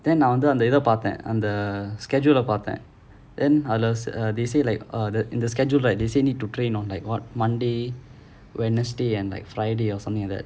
then நான் வந்து இது பாத்தேன் அந்த:naan vanthu ithu paathaen antha schedule பாத்தேன்:paathaen then others ah they say like uh in the schedule right they say need to train on like [what] monday wednesday and like friday or something like that